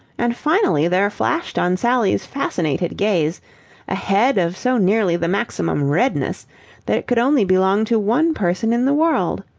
and finally there flashed on sally's fascinated gaze a head of so nearly the maximum redness that it could only belong to one person in the world.